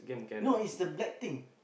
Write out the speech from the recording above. no is the black thing